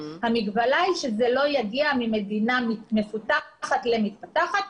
המגבלה היא שזה לא יגיע ממדינה מפותחת למתפתחת.